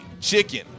chicken